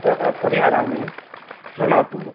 परिहरामि श्रुणोतु